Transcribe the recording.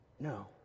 No